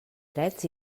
drets